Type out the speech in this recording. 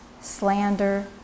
slander